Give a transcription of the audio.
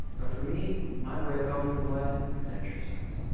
but for me, my way of copping with life is exercise.